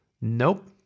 Nope